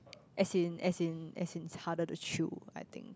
as in as in as in it's harder to chew I think